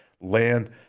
land